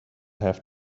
have